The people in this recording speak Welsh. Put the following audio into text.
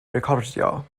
recordio